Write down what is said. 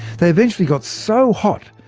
they eventually got so hot,